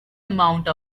amounts